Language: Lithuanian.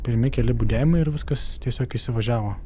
pirmi keli budėjimai ir viskas tiesiog įsivažiavo